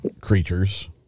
creatures